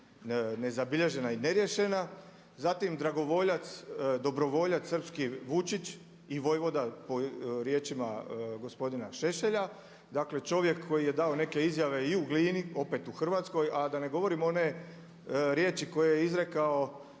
nezabilježena i neriješena, zatim dragovoljac dobrovoljac srpski Vučić i vojvoda po riječima gospodina Šešelja, dakle čovjek koji je dao neke izjave i u Glini opet u Hrvatskoj, a da ne govorim one riječi koje je izrekao